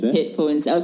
Headphones